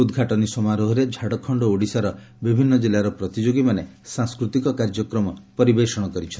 ଉଦ୍ଘାଟନୀ ସମାରୋହରେ ଝାଡ଼ଖଣ୍ଡ ଓ ଓଡ଼ିଶାର ବିଭିନ୍ନ କିଲ୍ଲାର ପ୍ରତିଯୋଗୀମାନେ ସାଂସ୍କୃତିକ କାର୍ଯ୍ୟକ୍ରମ ପରିବେଷଣ କରିଛନ୍ତି